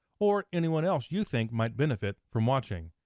or anyone else you think might benefit from watching.